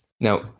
Now